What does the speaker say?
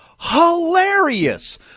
Hilarious